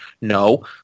No